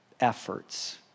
efforts